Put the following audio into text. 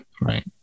Right